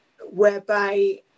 whereby